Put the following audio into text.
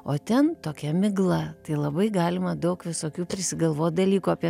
o ten tokia migla tai labai galima daug visokių prisigalvot dalykų apie